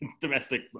domestic